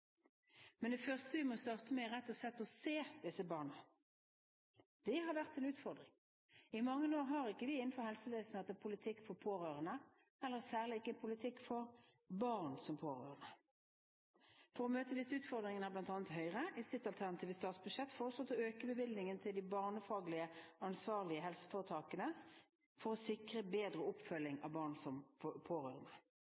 Men det første vi må starte med, er rett og slett å se disse barna. Det har vært en utfordring. I mange år har vi ikke innenfor helsevesenet hatt en politikk for pårørende, særlig ikke en politikk for barn som pårørende. For å møte disse utfordringene har bl.a. Høyre i sitt alternative statsbudsjett foreslått å øke bevilgningen til de barnefaglig ansvarlige helseforetakene for å sikre bedre oppfølging